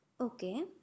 Okay